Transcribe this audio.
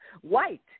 white